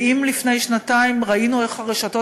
ואם לפני שנתיים ראינו איך הרשתות